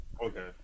Okay